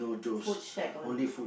food shack what do you mean